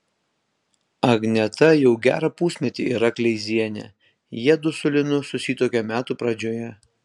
agneta jau gerą pusmetį yra kleizienė jiedu su linu susituokė metų pradžioje